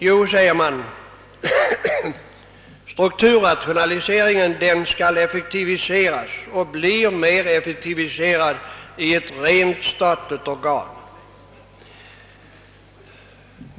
Jo, svarar man, strukturrationaliseringen skall effektiviseras, och detta göres bäst inom ett rent statligt organ.